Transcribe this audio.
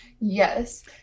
Yes